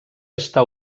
està